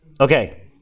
Okay